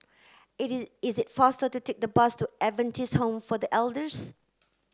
it is faster to take the bus to Adventist Home for the Elders